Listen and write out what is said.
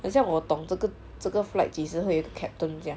很像我懂这个这个 flight 几时会有一个 captain 将